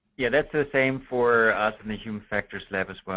yeah, that's the same for us in the human factors lab as well.